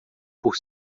por